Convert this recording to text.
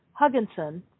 Hugginson